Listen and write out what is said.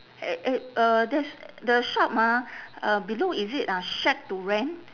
at at uh there is the shop ah uh below is it uh shack to rent